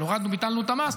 ביטלנו את המס,